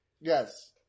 Yes